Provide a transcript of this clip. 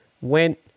went